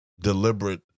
deliberate